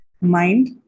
mind